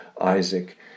Isaac